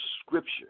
Scripture